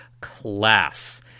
class